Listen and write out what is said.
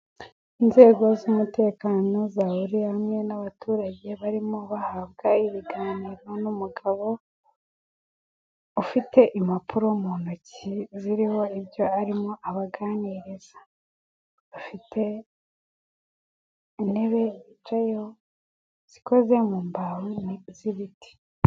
Inzego z'umutekano zahuriye hamwe n'abaturage barimo bahabwa ibiganiro n'umugabo ufite impapuro mu ntoki ziriho ibyo arimo abaganiriza, bafite intebe bicayeho zikoze mu mbaho z'ibiti.